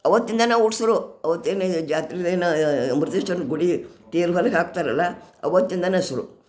ಅವತ್ತಿಂದನೆ ಊಟ ಶುರು ಅವತ್ತೇನೋ ಜಾತ್ರೆದು ಏನೋ ಗುಡಿ ಏನು ಹೊರಗೆ ಹಾಕ್ತಾರಲ್ಲ ಅವತ್ತಿಂದನೆ ಶುರು